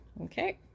okay